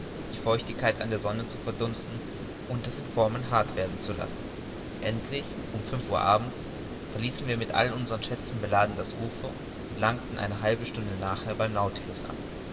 die feuchtigkeit an der sonne verdunsten und es in formen hart werden zu lassen endlich um fünf uhr abends verließen wir mit all unseren schätzen beladen das ufer und langten eine halbe stunde nachher beim nautilus an